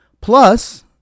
Plus